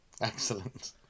Excellent